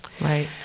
Right